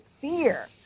fear